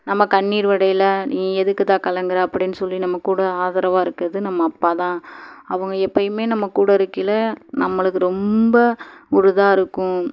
நம்ம கண்ணீர் விடயில நீ எதுக்குதா கலங்குற அப்படின்னு சொல்லி நம்மக்கூட ஆதரவாக இருக்கிறது நம்ம அப்பாதான் அவங்க எப்போயுமே நம்மக்கூட இருக்கையில் நம்மளுக்கு ரொம்ப ஒரு இதாக இருக்கும்